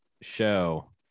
show